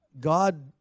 God